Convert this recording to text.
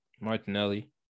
Martinelli